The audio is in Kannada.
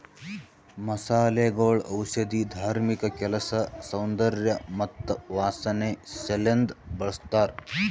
ಮಸಾಲೆಗೊಳ್ ಔಷಧಿ, ಧಾರ್ಮಿಕ ಕೆಲಸ, ಸೌಂದರ್ಯ ಮತ್ತ ವಾಸನೆ ಸಲೆಂದ್ ಬಳ್ಸತಾರ್